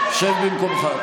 שב במקומך.